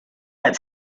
but